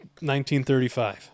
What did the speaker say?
1935